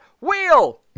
wheel